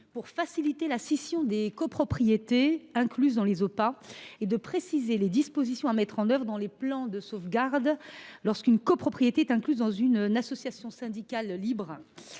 pour faciliter la scission des copropriétés incluses dans les Opah et de préciser les dispositions à mettre en œuvre dans les plans de sauvegarde lorsqu’une copropriété est incluse dans une association syndicale libre.